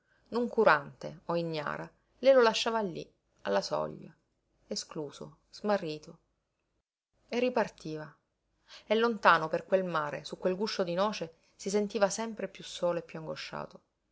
guidarlo noncurante o ignara lei lo lasciava lí alla soglia escluso smarrito e ripartiva e lontano per quel mare su quel guscio di noce si sentiva sempre piú solo e piú angosciato